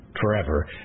forever